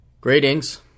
Greetings